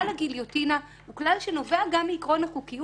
כלל הגיליוטינה הוא כלל שנובע גם מעיקרון החוקיות